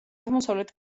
აღმოსავლეთ